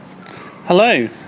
Hello